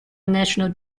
national